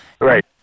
Right